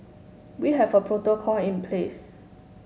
we have a protocol in place